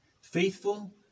faithful